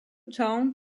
town